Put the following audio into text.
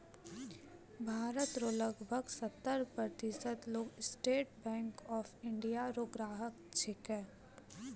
भारत रो लगभग सत्तर प्रतिशत लोग स्टेट बैंक ऑफ इंडिया रो ग्राहक छिकै